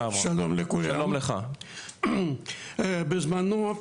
שלום לכולם, בזמנו,